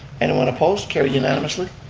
anyone opposed? carried unanimously.